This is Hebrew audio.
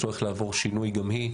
שהולך לעבור שינוי גם הוא,